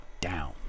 down